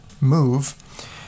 move